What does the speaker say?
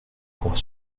pour